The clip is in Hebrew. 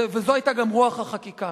זו היתה גם רוח החקיקה.